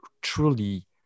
truly